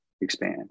expand